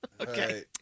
Okay